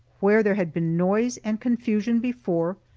where there had been noise and confusion before,